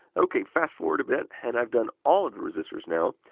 ok fast forward a bit, and i've done all of the resistors now.